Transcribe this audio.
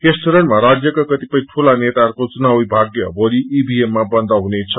यस चरणमा राज्यका कति ढूला नेताहरूको चुनावी भागय भोलि ईमीएम मा बन्द हुनेछ